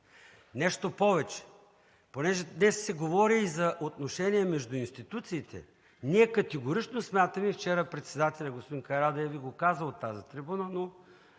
Нещо повече, понеже днес се говори и за отношения между институциите, ние категорично смятаме, и вчера председателят господин Карадайъ Ви го каза от тази трибуна, но